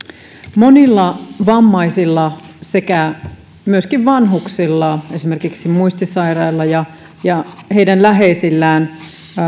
monilla vammaisilla sekä myöskin vanhuksilla esimerkiksi muistisairailla ja ja heidän läheisillään